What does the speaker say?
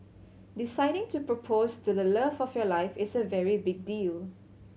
deciding to propose to the love of your life is a very big deal